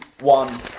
one